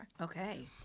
Okay